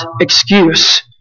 excuse